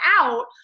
out